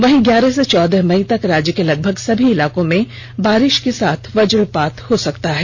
वहीं ग्यारह से चौदह मई तक राज्य के लगभग सभी इलाकों में बारिश के साथ वज्रपात हो सकता है